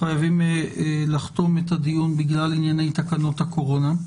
חייבים לחתום את הדיון בגלל תקנות הקורונה.